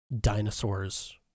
dinosaurs